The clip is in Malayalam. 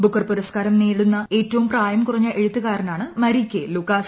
ബുക്കർ പുരസ്ക്കാരം നേടുന്ന ഏറ്റവും പ്രായ കുറഞ്ഞ എഴുത്തുകാരനാണ് മരീകെ ലുക്കാസ്